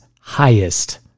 highest